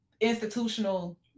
institutional